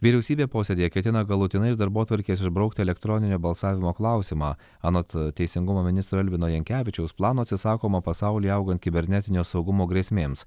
vyriausybė posėdyje ketina galutinai iš darbotvarkės išbraukti elektroninio balsavimo klausimą anot teisingumo ministro elvino jankevičiaus plano atsisakoma pasaulyje augant kibernetinio saugumo grėsmėms